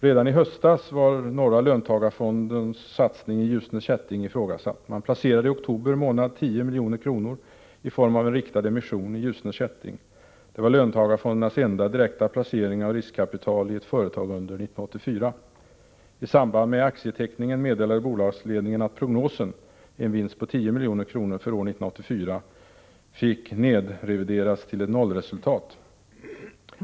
Redan i höstas ifrågasattes femte löntagarfondens satsning i Ljusne Kätting. Man placerade i oktober månad 10 milj.kr. i form av en riktad emission i Ljusne Kätting. Det var löntagarfondernas enda direkta placering av riskkapital i ett företag under 1984. I samband med aktieteckningen meddelade bolagsledningen att prognosen, en vinst på 10 milj.kr. för 1984, fick nedrevideras till ett nollresultat.